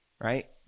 right